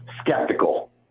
skeptical